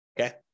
Okay